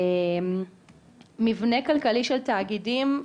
מבנה כלכלי של תאגידים,